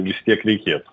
vis tiek reikėtų